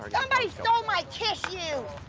somebody stole my tissue!